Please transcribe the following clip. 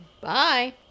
Bye